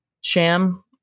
Sham